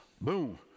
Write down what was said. boom